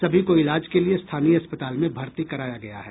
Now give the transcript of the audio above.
सभी को इलाज के लिए स्थानीय अस्पताल में भर्ती कराया गया है